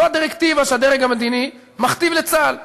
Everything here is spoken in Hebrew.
זו הדירקטיבה שהדרג המדיני מכתיב לצה"ל.